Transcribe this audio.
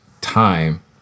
time